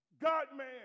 God-man